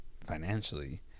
financially